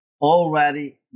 Already